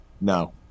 no